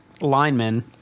linemen